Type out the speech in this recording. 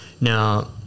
Now